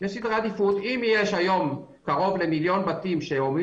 אם יש היום קרוב למיליון בתים שאמורים